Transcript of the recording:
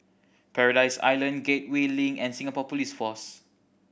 Paradise Island Gateway Link and Singapore Police Force